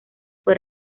fue